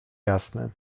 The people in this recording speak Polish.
jasny